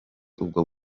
ubwo